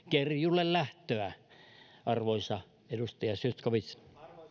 kerjuulle lähtöä arvoisa edustaja zyskowicz